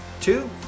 Two